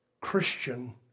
Christian